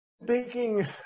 Speaking